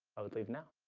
i would leave now